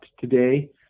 today